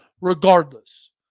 Regardless